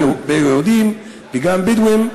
יהודים וגם בדואים,